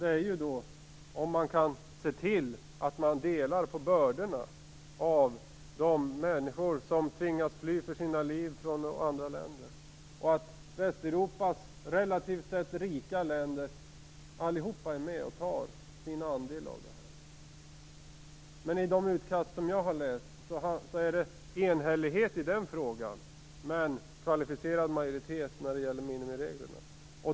Det är om man kan dela på bördorna av de människor som tvingas fly för sina liv från andra länder, att Västeuropas relativt sett rika länder allihop är med och tar sin andel av detta. Men i de utkast som jag har läst är det enhällighet i den frågan, men kvalificerad majoritet när det gäller minimireglerna.